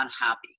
unhappy